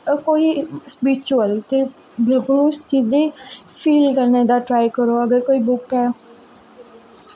कोई सप्रिचुअल ते बिलकुल उस चीज़ा गी फील करने दा ट्राई करो अगर कोई बुक ऐ